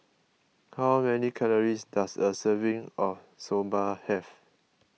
how many calories does a serving of Soba have